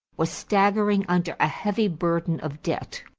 was staggering under a heavy burden of debt.